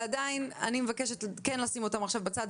ועדיין אני מבקשת לשים אותם עכשיו בצד.